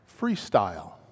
Freestyle